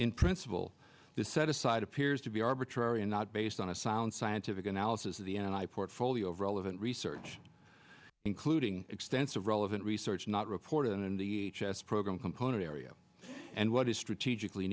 in principle to set aside appears to be arbitrary and not based on a sound scientific analysis of the and i portfolio of relevant research including extensive relevant research not reported in the chess program component area and what is strategically